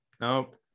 nope